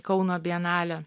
kauno bienalę